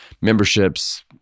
memberships